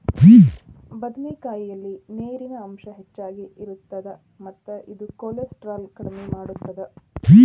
ಬದನೆಕಾಯಲ್ಲಿ ನೇರಿನ ಅಂಶ ಹೆಚ್ಚಗಿ ಇರುತ್ತ ಮತ್ತ ಇದು ಕೋಲೆಸ್ಟ್ರಾಲ್ ಕಡಿಮಿ ಮಾಡತ್ತದ